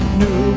new